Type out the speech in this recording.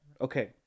Okay